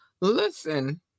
Listen